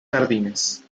jardines